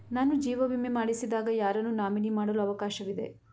ನಾನು ಜೀವ ವಿಮೆ ಮಾಡಿಸಿದಾಗ ಯಾರನ್ನು ನಾಮಿನಿ ಮಾಡಲು ಅವಕಾಶವಿದೆ?